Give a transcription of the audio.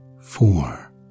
four